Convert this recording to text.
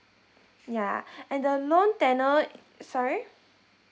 ya and the loan tenure sorry